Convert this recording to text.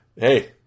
Hey